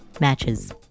matches